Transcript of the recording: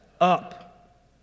up